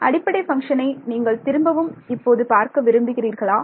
அடிப்படை பங்க்ஷனை நீங்கள் திரும்பவும் இப்போது பார்க்க விரும்புகிறீர்களா